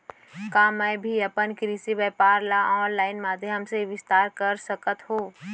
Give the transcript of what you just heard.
का मैं भी अपन कृषि व्यापार ल ऑनलाइन माधयम से विस्तार कर सकत हो?